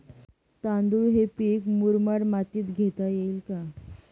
तांदूळ हे पीक मुरमाड मातीत घेता येईल का?